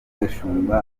gashumba